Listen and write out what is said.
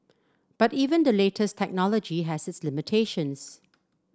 but even the latest technology has its limitations